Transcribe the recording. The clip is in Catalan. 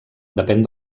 depèn